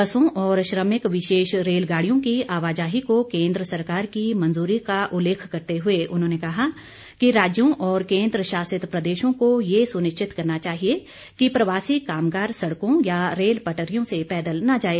बसों और श्रमिक विशेष रेलगाडियों की आवाजाही को केंद्र सरकार की मंजूरी का उल्लेख करते हुए उन्होंने कहा कि राज्यों और केंद्रशासित प्रदेशों को यह सुनिश्चित करना चाहिए कि प्रवासी कामगार सड़कों या रेल पटरियों से पैदल न जाए